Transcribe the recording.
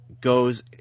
goes